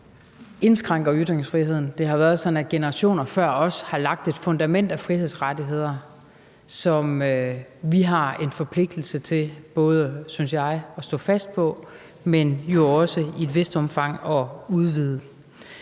indskrænker ytringsfriheden. Det har været sådan, at generationer før os har lagt et fundament af frihedsrettigheder, som vi har en forpligtelse til, synes jeg, både at stå fast på, men jo også i et vist omfang at udvide.